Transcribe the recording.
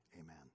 amen